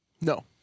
No